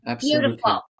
beautiful